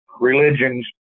religions